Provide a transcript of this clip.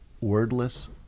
wordless